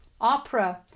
opera